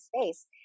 space